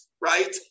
right